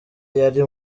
yari